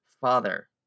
Father